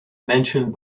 mentioned